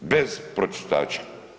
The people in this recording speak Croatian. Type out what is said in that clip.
Bez pročistača.